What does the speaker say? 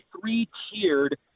three-tiered